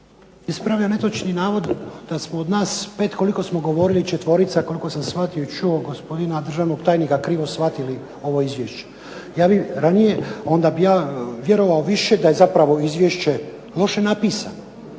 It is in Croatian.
Ispravljam netočni navod da smo od nas 5 koliko smo govorili 4 koliko sam shvatio i čuo gospodina državnog tajnika krivo shvatili ovo izvješće. Onda bi ja vjerovao više da je zapravo izvješće loše napisano.